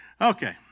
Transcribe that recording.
Okay